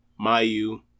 Mayu